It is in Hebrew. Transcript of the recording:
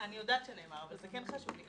אני יודעת שנאמר אבל זה כן חשוב לי.